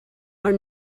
are